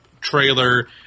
trailer